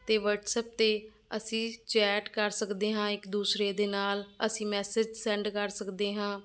ਅਤੇ ਵਟਸਐਪ 'ਤੇ ਅਸੀਂ ਚੈਟ ਕਰ ਸਕਦੇ ਹਾਂ ਇੱਕ ਦੂਸਰੇ ਦੇ ਨਾਲ ਅਸੀਂ ਮੈਸੇਜ ਸੈਂਡ ਕਰ ਸਕਦੇ ਹਾਂ